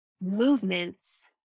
movements